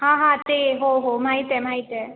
हां हां ते हो हो माहीत आहे माहीत आहे